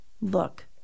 Look